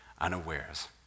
unawares